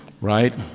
right